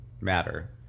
matter